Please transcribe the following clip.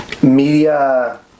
Media